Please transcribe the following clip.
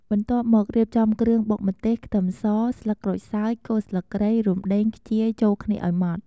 បន្ទាប់មក រៀបចំគ្រឿង បុកម្ទេស ខ្ទឹមស ស្លឹកក្រូចសើច គល់ស្លឹកគ្រៃ រំដេង ខ្ជាយ ចូលគ្នាឱ្យម៉ដ្ឋ។